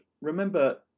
remember